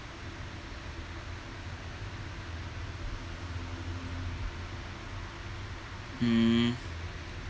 mm